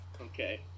Okay